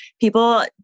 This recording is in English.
People